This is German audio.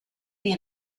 die